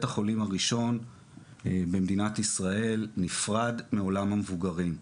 החולים הראשון במדינת ישראל שנפרד מעולם המבוגרים.